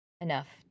enough